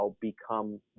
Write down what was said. become